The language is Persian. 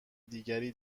دیگری